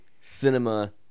cinema